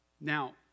Now